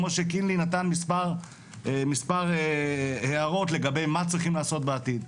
כמו שקינלי נתן מספר הערות לגבי מה צריכים לעשות בעתיד.